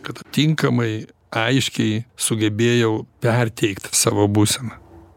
kad tinkamai aiškiai sugebėjau perteikt savo būseną